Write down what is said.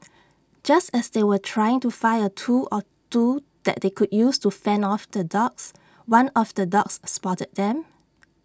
just as they were trying to find A tool or two that they could use to fend off the dogs one of the dogs spotted them